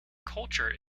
culture